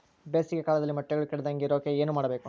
ಬೇಸಿಗೆ ಕಾಲದಲ್ಲಿ ಮೊಟ್ಟೆಗಳು ಕೆಡದಂಗೆ ಇರೋಕೆ ಏನು ಮಾಡಬೇಕು?